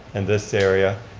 and this area,